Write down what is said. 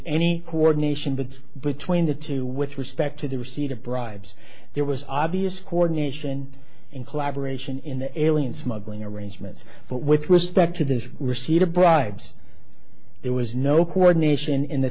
any coordination between between the two with respect to the receipt of bribes there was obvious coordination and collaboration in the alien smuggling arrangements but with respect to the receipt of bribes there was no coordination in the